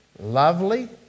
lovely